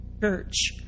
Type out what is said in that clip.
church